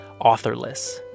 authorless